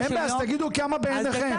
אין בעיה, אז תגידו כמה בעיניכם.